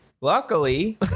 luckily